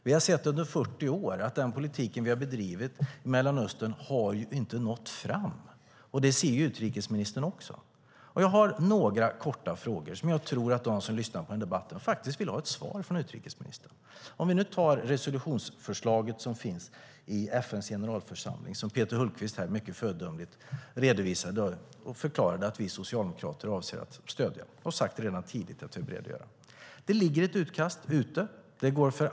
Vi har sett under 40 år att den politik som vi har bedrivit i Mellanöstern inte har nått fram, och det ser ju också utrikesministern. Jag har några korta frågor som jag tror att de som lyssnar på den här debatten faktiskt vill ha svar på från utrikesministern. Resolutionsförslaget i FN:s generalförsamling har Peter Hultqvist här mycket föredömligt redogjort för och förklarat att vi socialdemokrater avser att stödja, och vi har redan tidigt sagt att vi behöver göra det. Det finns ett utkast ute.